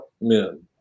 men